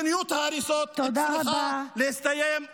מדיניות ההריסות צריכה להסתיים ומיידית.